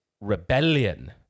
rebellion